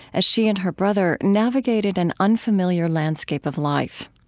as she and her brother navigated an unfamiliar landscape of life.